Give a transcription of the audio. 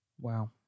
Wow